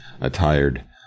attired